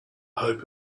hope